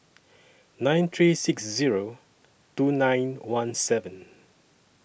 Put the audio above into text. nine three six Zero two nine one seven